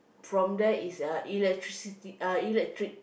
from there is uh electricity uh electric